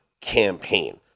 campaign